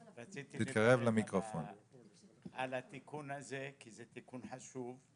רציתי לומר על התיקון הזה כי זה תיקון חשוב.